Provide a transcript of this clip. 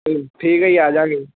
ਠੀਕ ਆ ਜੀ ਆ ਜਾਵਾਂਗੇ